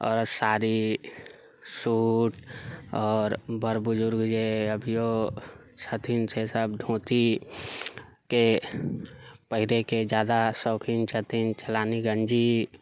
औरत साड़ी सूट आओर बड़ बुजुर्ग जे है अभियौ छथिन से सभ धोतीके पहिरैके जादा शौकीन छथिन चलानी गंजी